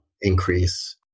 increase